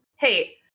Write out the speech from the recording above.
Hey